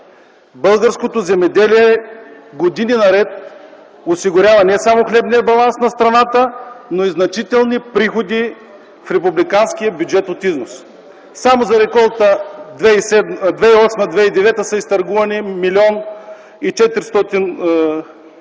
Българското земеделие години наред осигурява не само хлебния баланс на страната, но и значителни приходи в републиканския бюджет от износ. Само за реколта 2008 2009 г. са изтъргувани 1 млн. 400 хил.